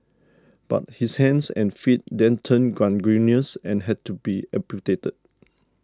but his hands and feet then turned gangrenous and had to be amputated